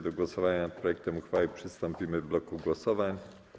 Do głosowania nad projektem uchwały przystąpimy w bloku głosowań.